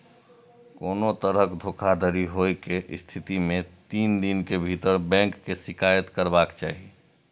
कोनो तरहक धोखाधड़ी होइ के स्थिति मे तीन दिन के भीतर बैंक के शिकायत करबाक चाही